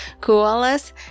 koalas